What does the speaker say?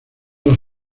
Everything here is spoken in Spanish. las